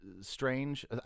strange